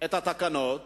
את התקנות